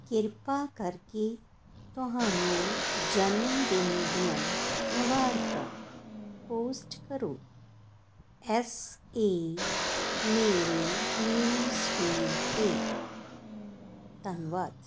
ਕਿਰਪਾ ਕਰਕੇ ਤੁਹਾਨੂੰ ਜਨਮਦਿਨ ਦੀਆਂ ਮੁਬਾਰਕਾਂ ਪੋਸਟ ਕਰੋ ਐੱਸ ਏ ਮੇਰੇ ਨਿਊਜ਼ਫੀਡ 'ਤੇ ਧੰਨਵਾਦ